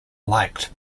liked